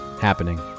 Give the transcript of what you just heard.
happening